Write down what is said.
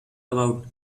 about